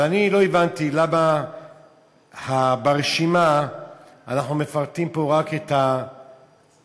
אבל אני לא הבנתי למה ברשימה אנחנו מפרטים פה רק את השירות,